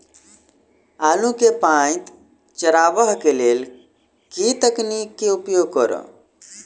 आलु केँ पांति चरावह केँ लेल केँ तकनीक केँ उपयोग करऽ?